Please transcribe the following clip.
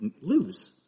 lose